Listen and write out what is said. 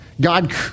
god